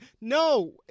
No